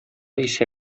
исә